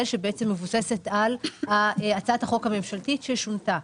שמבוססת על הצעת החוק הממשלתית ששונתה.